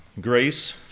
grace